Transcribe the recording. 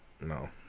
no